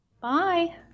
Bye